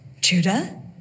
Judah